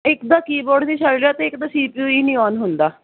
ਇੱਕ ਦਾ ਕੀਬੋਰਡ ਨੀ ਚੱਲ ਰਿਆ ਤੇ ਇੱਕ ਦਾ ਸੀ ਪੀ ਯੂ ਵੀ ਨੀ ਓਨ ਹੁੰਦਾ